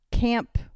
camp